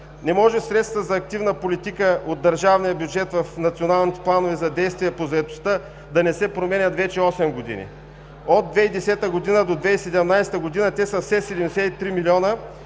Не може средства за активна политика от държавния бюджет в националните планове за действие по заетостта да не се променят вече осем години. От 2010 до 2017 г. те са все 73 милиона